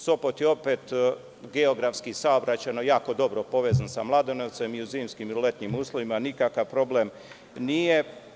Sopot je opet geografski i saobraćajno jako dobro povezan sa Mladenovcem i u zimskim i u letnjim uslovima, tako da nikakav problem nije.